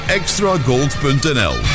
extragold.nl